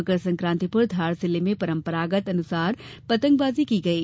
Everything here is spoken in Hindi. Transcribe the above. मकर संकाति पर धार जिले में परम्परागत अनुसार पतंगबाजी की गई